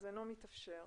"אינו מתאפשר".